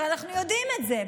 הרי אנחנו יודעים את זה.